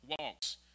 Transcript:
walks